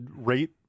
rate